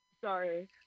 Sorry